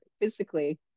physically